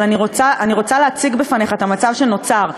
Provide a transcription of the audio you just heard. אבל אני רוצה להציג בפניך את המצב שנוצר,